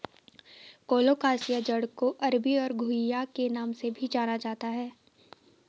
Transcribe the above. colocasia जड़ को अरबी और घुइआ के नाम से भी जाना जाता है